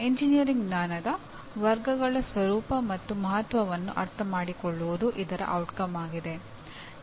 engineering ಜ್ಞಾನದ ವರ್ಗಗಳ ಸ್ವರೂಪ ಮತ್ತು ಮಹತ್ವವನ್ನು ಅರ್ಥಮಾಡಿಕೊಳ್ಳುವುದು ಇದರ ಪರಿಣಾಮ ಆಗಿದೆ